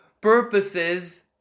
purposes